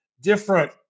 different